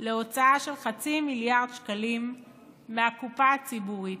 להוצאה של חצי מיליארד שקלים מהקופה הציבורית.